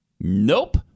Nope